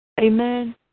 Amen